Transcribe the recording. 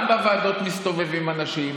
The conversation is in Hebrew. גם בוועדות מסתובבים אנשים.